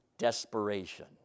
desperation